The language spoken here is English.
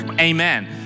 amen